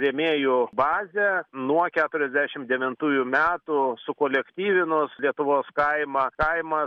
rėmėjų bazę nuo keturiasdešimt devintųjų metų sukolektyvinus lietuvos kaimą kaimą